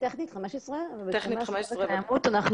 טכנית 15. בתחום סביבה וקיימות אנחנו